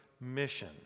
mission